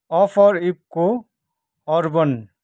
offer इपको urban